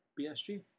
BSG